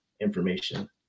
information